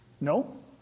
No